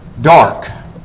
dark